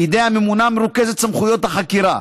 בידי הממונה מרוכזות סמכויות החקירה,